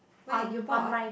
where are you bought